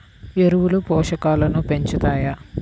ఎరువులు పోషకాలను పెంచుతాయా?